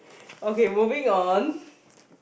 okay moving on